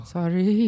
Sorry